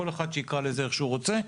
כל אחד שיקרא לזה איך שהוא רוצה,